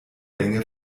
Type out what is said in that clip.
länge